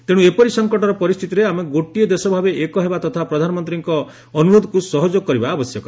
ତେଣ୍ର ଏପରି ସଂକଟର ପରିସ୍ତିତିରେ ଆମେ ଗୋଟିଏ ଦେଶ ଭାବେ ଏକ ହେବା ତଥା ପ୍ରଧାନମନ୍ତୀଙ୍କ ଅପିଲକୁ ସହଯୋଗ କରିବା ଆବଶ୍ୟକ